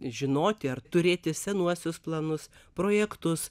žinoti ar turėti senuosius planus projektus